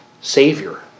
Savior